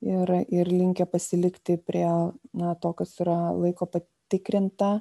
ir ir linkę pasilikti prie na to kas yra laiko patikrinta